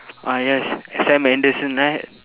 ah yes sam anderson right